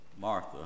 Martha